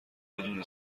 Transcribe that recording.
بدون